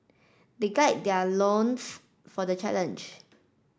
they guide their loins for the challenge